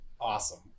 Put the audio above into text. awesome